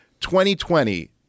2020